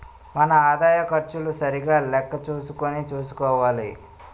మన ఆదాయం ఖర్చులు సరిగా లెక్క చూసుకుని చూసుకోవాలి